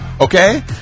Okay